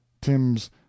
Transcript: Tim's